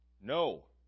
No